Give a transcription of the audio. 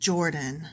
Jordan